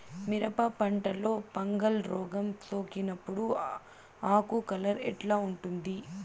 మిరప పంటలో ఫంగల్ రోగం సోకినప్పుడు ఆకు కలర్ ఎట్లా ఉంటుంది?